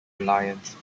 alliance